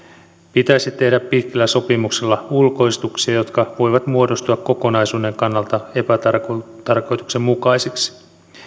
pitäisi tehdä pitkillä sopimuksilla ulkoistuksia jotka voivat muodostua kokonaisuuden kannalta epätarkoituksenmukaisiksi